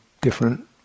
different